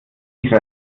nicht